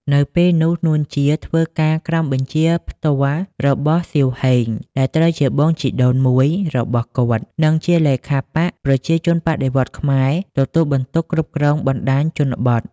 នៅពេលនោះ នួន ជា ធ្វើការក្រោមបញ្ជាផ្ទាល់របស់ សៀវ ហេង ដែលត្រូវជាបងជីដូនមួយរបស់គាត់ និងជាលេខាបក្សប្រជាជនបដិវត្តន៍ខ្មែរ ទទួលបន្ទុកគ្រប់គ្រងបណ្តាញជនបទ។